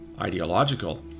ideological